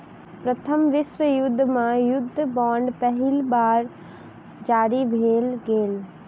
प्रथम विश्व युद्ध मे युद्ध बांड पहिल बेर जारी भेल छल